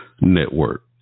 network